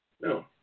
No